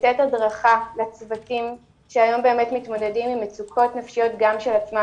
לתת הדרכה לצוותים שהיום באמת מתמודדים עם מצוקות נפשיות גם של עצמן,